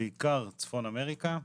בעיקר צפון אמריקה,